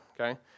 okay